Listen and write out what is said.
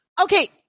okay